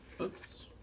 Oops